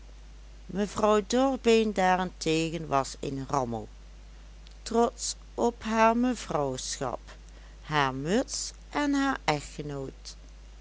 mevrouw dorbeen daarentegen was een rammel trotsch op haar mevrouwschap haar muts en haar echtgenoot